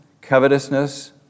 covetousness